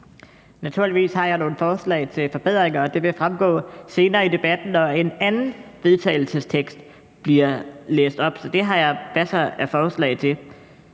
Naturligvis har jeg nogle forslag til forbedringer, og det vil fremgå senere i debatten, når en anden vedtagelsestekst bliver læst op. Så det har jeg masser af forslag til.